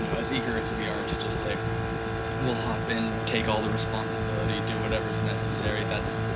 you know as eager as we are to just say and we'll hop in, take all the responsibility, do whatever's necessary, that's,